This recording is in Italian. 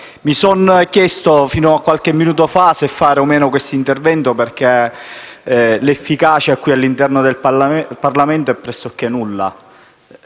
mi sono chiesto fino a qualche minuto fa se fare o no questo intervento, perché la sua efficacia all'interno del Parlamento è pressoché nulla,